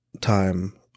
time